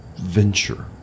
venture